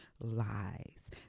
lies